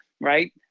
right